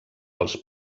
els